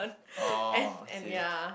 oh okay